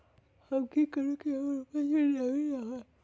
हम की करू की हमर उपज में नमी न होए?